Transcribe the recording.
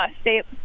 state